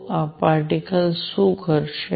તો આ પાર્ટીકલ્સ શું કરશે